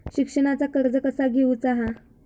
शिक्षणाचा कर्ज कसा घेऊचा हा?